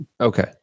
okay